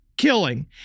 killing